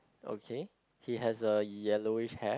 okay he has a yellowish hair